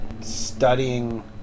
studying